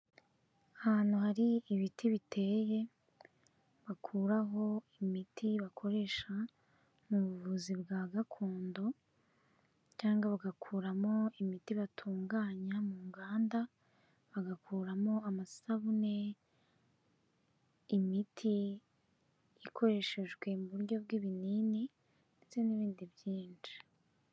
Ahantu hari ibiti biteye, bakuraho imiti bakoresha mu buvuzi bwa gakondo cyangwa bagakuramo imiti batunganya mu nganda, bagakuramo amasabune, imiti ikoreshejwe mu buryo bw'ibinini ndetse n'ibindi byinshi.